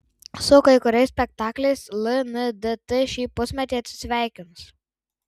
su kai kuriais spektakliais lndt šį pusmetį atsisveikins